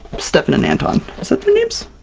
steffan and anton. is that their names?